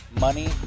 money